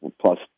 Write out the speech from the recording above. plus